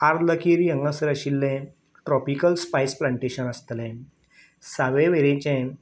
आर्ला केरी हांगासर आशिल्लें ट्रॉपिकल स्पायस प्लांटेशन आसतलें सावयवेरेंचें